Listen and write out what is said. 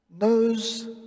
knows